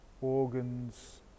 organs